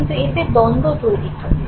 কিন্তু এতে দ্বন্দ্ব তৈরি হবে